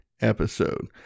episode